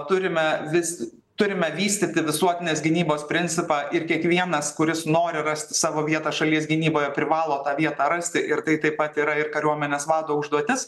turime vis turime vystyti visuotinės gynybos principą ir kiekvienas kuris nori rasti savo vietą šalies gynyboje privalo tą vietą rasti ir tai taip pat yra ir kariuomenės vado užduotis